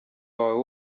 wawe